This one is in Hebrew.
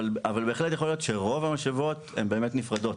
אבל בהחלט יכול להיות שרוב המשאבות הן נפרדות.